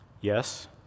Yes